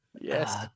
Yes